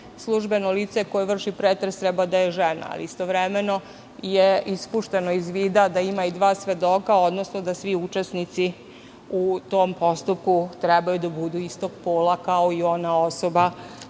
službeno lice koje vrši pretres treba da je žena, a istovremeno je ispušteno iz vida da ima i dva svedoka, odnosno da svi učesnici u tom postupku treba da budu istog pola kao i ona osoba